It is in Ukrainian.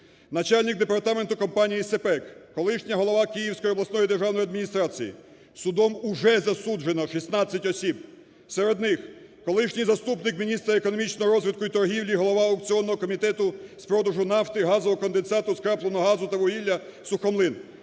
Начальник департаменту компанії "СЕПЕК", колишня голова Київської обласної державної адміністрації. Судом уже засуджено 16 осіб. Серед них колишній заступник міністра економічного розвитку і торгівлі, голова Аукціонного комітету з продажу нафти, газового конденсату, скрапленого газу та вугілля Сухомлин,